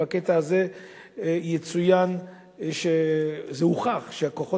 בקטע הזה יצוין שזה הוכח שהכוחות